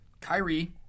Kyrie